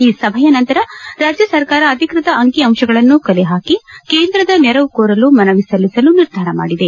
ಈ ಸಭೆಯ ನಂತರ ರಾಜ್ಯ ಸರ್ಕಾರ ಅಧಿಕೃತ ಅಂಕಿ ಅಂಶಗಳನ್ನು ಕಲೆ ಹಾಕಿ ಕೇಂದ್ರದ ನೆರವು ಕೋರಲು ಮನವಿ ಸಲ್ಲಿಸಲು ನಿರ್ಧಾರ ಮಾಡಿದೆ